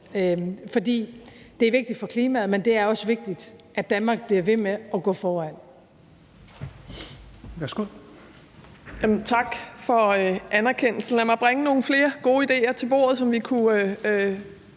For det er vigtigt for klimaet, men det er også vigtigt, at Danmark bliver ved med at gå foran.